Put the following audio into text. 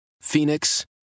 Phoenix